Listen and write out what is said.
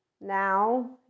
now